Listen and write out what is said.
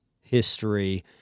history